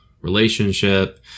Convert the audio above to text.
relationship